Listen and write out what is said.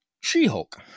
She-Hulk